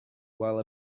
while